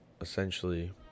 essentially